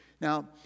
Now